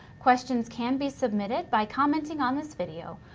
questions can be submitted by commenting on this video,